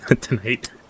Tonight